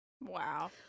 Wow